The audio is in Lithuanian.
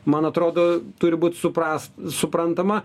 man atrodo turi būt supras suprantama